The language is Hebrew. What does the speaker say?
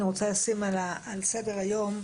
אני רוצה לשים על סדר היום,